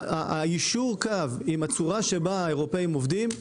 היישור קו עם הצורה שבה האירופאים עובדים,